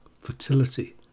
fertility